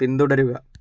പിന്തുടരുക